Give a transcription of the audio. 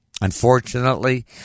Unfortunately